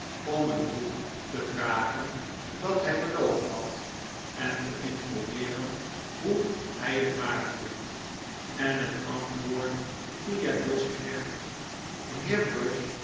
om een boek te vragen dat hij beloofd had en te informeeren hoe hij het maakte en het antwoord via jos knecht den